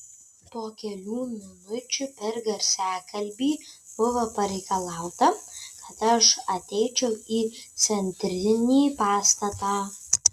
po kelių minučių per garsiakalbį buvo pareikalauta kad aš ateičiau į centrinį pastatą